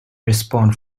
respond